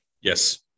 Yes